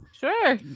Sure